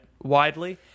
widely